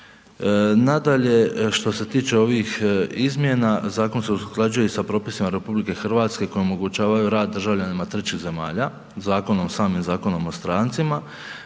Nadalje, što se tiče ovih izmjena, zakon se usklađuje sa propisima RH koji omogućavaju rad državljanima trećih zemalja, samim Zakonom o strancima